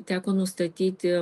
teko nustatyti